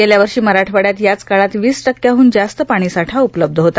गेल्या वर्षी मराठवाड्यात याच काळात वीस टक्क्यांहन जास्त पाणीसाठा उपलब्ध होता